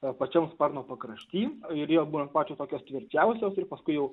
o pačiam sparno pakrašty ir jie būna pačios tokios tvirčiausios ir paskui jau